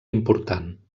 important